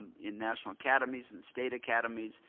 in national academies and state academies.